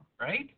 right